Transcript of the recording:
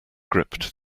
gripped